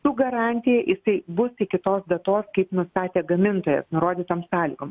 su garantija jisai bus iki tos datos kaip nustatė gamintojas nurodytom sąlygom